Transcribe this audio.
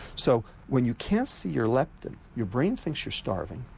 so when you can't see your leptin your brain thinks you're starving,